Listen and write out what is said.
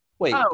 Wait